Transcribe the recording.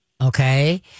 Okay